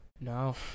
No